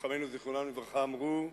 חכמינו זיכרונם לברכה אמרו: